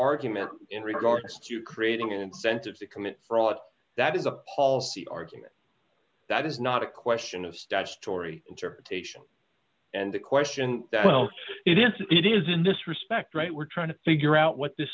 argument in regards to creating an incentive to commit fraud that is a policy argument that is not a question of statutory interpretation and the question well it is it is in this respect right we're trying to figure out what th